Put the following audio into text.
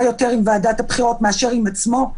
יותר עם ועדת הבחירות מאשר עם עצמו.